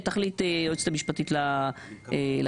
תחליט היועצת המשפטית לכנסת.